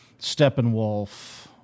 Steppenwolf